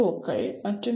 க்கள் மற்றும் பி